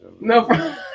No